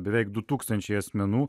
beveik du tūkstančiai asmenų